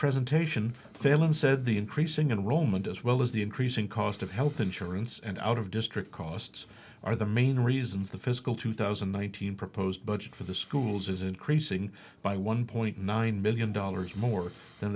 presentation failon said the increasing of the romans as well as the increasing cost of health insurance and out of district costs are the main reasons the fiscal two thousand one thousand proposed budget for the schools is increasing by one point nine million dollars more than